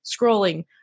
scrolling